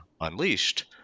unleashed